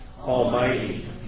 almighty